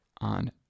on